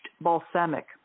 balsamic